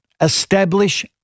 establish